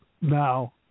now